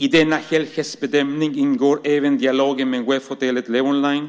I denna helhetsbedömning ingår även dialogen med webbhotellet Levonline